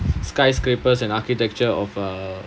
skyscrapers and architecture of uh